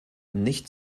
nicht